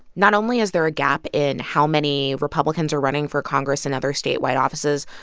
not only is there a gap in how many republicans are running for congress and other statewide offices.